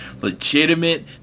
legitimate